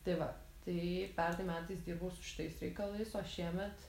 tai va tai pernai metais dirbau su šitais reikalais o šiemet